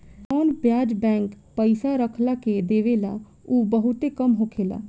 जवन ब्याज बैंक पइसा रखला के देवेला उ बहुते कम होखेला